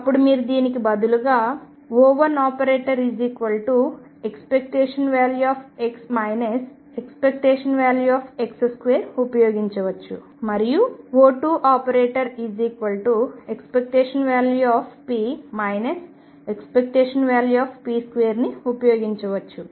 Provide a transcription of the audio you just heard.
అప్పుడు మీరు దీనికి బదులుగా O1 ⟨x ⟨x⟩2⟩ ఉపయోగించవచ్చు మరియు O2 ⟨p ⟨p⟩2⟩ ని ఉపయోగించవచ్చు